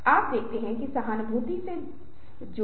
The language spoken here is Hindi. संभवतः जीवन के दुख से हमें तुरंत संबंध है